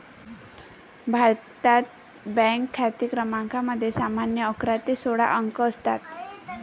भारतात, बँक खाते क्रमांकामध्ये सामान्यतः अकरा ते सोळा अंक असतात